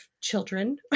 children